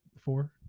four